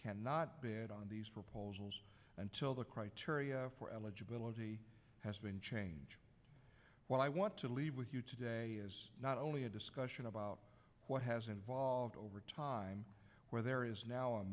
cannot be said on these proposals until the criteria for eligibility has been changed what i want to leave with you today not only a discussion about what has involved overtime where there is now a